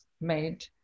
made